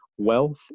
wealth